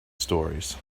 stories